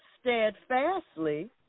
Steadfastly